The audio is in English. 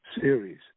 series